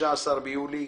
שב-16 ביולי 2018